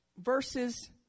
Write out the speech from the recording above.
verses